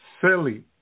silly